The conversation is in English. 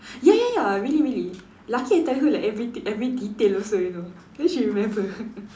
ya ya ya really really luckily I like tell her like every every details also you know then she remember